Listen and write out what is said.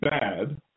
bad –